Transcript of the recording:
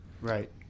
Right